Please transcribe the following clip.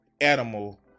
animal